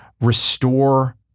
restore